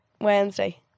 Wednesday